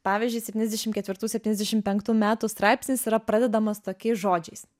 pavyzdžiui septyniasdešimt ketvirtų septyniasdešimt penktų metų straipsnis yra pradedamas tokiais žodžiais